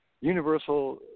universal